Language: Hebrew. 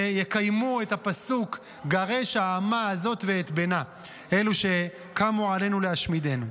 ויקיימו את הפסוק: "גרש האמה הזאת ואת בנה" אלה שקמו עלינו להשמידנו.